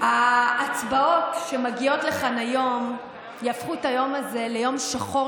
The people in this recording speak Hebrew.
ההצעות שמגיעות לכאן היום יהפכו את היום הזה ליום שחור,